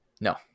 no